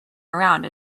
around